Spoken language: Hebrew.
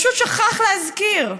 פשוט שכח להזכיר.